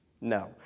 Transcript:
No